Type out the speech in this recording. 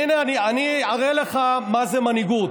הינה, אני אראה לך מה זה מנהיגות.